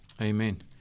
Amen